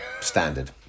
standard